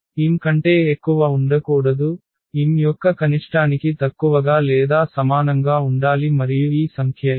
m కంటే ఎక్కువ ఉండకూడదు m యొక్క కనిష్టానికి తక్కువగా లేదా సమానంగా ఉండాలి మరియు ఈ సంఖ్య n